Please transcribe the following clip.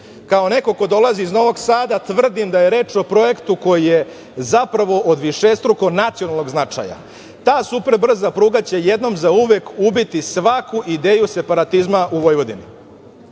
Kao neko ko dolazi iz Novog Sada, tvrdim da je reč o projektu koji je zapravo od višestruko nacionalnog značaja. Ta super brza pruga će jednom zauvek ubiti svaku ideju separatizma u Vojvodini.